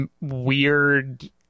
weird